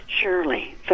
Surely